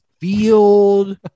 field